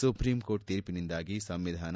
supreme court ತೀರ್ಪಿನಿಂದಾಗಿ ಸಂವಿಧಾನ